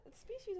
Species